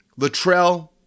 Latrell